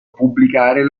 pubblicare